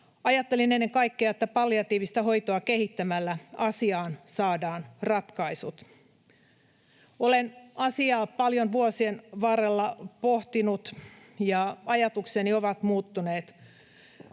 Ajattelin ennen kaikkea, että palliatiivista hoitoa kehittämällä asiaan saadaan ratkaisut. Olen asiaa paljon vuosien varrella pohtinut, ja ajatukseni ovat muuttuneet.